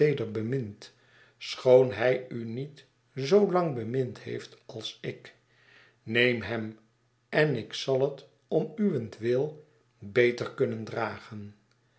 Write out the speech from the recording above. bemint schoon hij u niet zoo lang bemind heeft als ik nee'm hem en ik zal het om uwentwil beter kunnen dragen